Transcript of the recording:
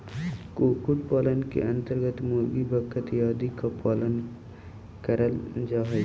कुक्कुट पालन के अन्तर्गत मुर्गी, बतख आदि का पालन करल जा हई